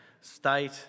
state